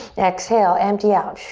exhale, empty out.